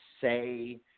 say